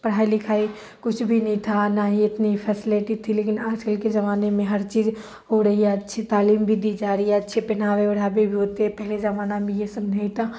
پڑھائی لکھائی کچھ بھی نہیں تھا نہ ہی اتنی فیسلیٹی تھی لیکن آج کل کے زمانے میں ہر چیج ہو رہی ہے اچھی تعلیم بھی دی جا رہی ہے اچھے پہناوہ اڑھاوہ بھی ہوتے ہیں پہلے زمانہ میں یہ سب نہیں تھا